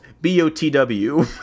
B-O-T-W